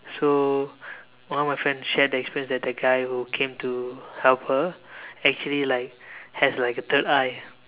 so one of my friend shared the experience that the guy who came to help her actually like has like a third eye